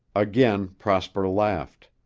again prosper laughed.